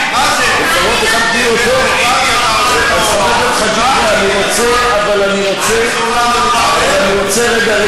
חברת הכנסת זועבי, אבל אני מדבר עם חבר